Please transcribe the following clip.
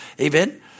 Amen